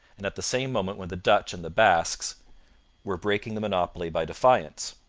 and at the same moment when the dutch and the basques were breaking the monopoly by defiance,